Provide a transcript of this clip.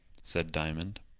said diamond.